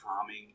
calming